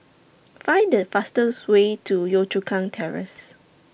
Find The fastest Way to Yio Chu Kang Terrace